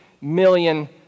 million